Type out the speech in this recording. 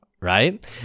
right